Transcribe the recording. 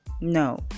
no